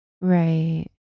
Right